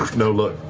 no look.